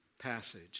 passage